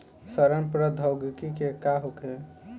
सड़न प्रधौगकी का होखे?